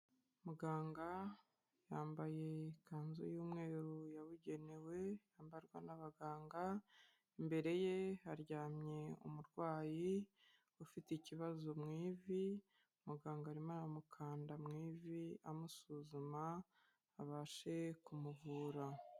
Muganga yambaye ikanzu y'umweru yabugenewe, yambarwa n'abaganga imbere ye haryamye umurwayi ufite ikibazo mu ivi, muganga arimo aramukanda mu ivi amusuzuma abashe kumuvura.